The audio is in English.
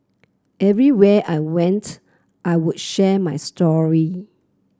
everywhere I went I would share my story